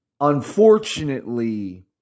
unfortunately